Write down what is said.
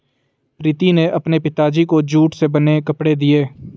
प्रीति ने अपने पिताजी को जूट से बने कपड़े दिए